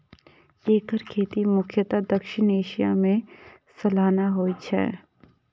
एकर खेती मुख्यतः दक्षिण एशिया मे सालाना होइ छै